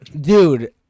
Dude